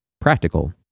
Practical